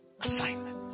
assignment